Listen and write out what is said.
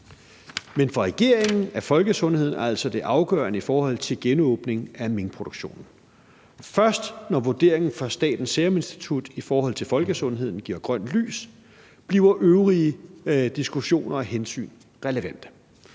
Men for regeringen er folkesundheden altså det afgørende i forhold til genåbning af minkproduktionen. Først når vurderingen fra Statens Serum Institut i forhold til folkesundheden giver grønt lys, bliver øvrige diskussioner og hensyn relevante.